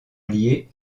liée